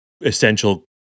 essential